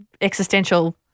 existential